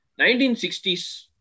1960s